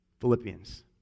Philippians